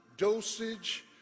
dosage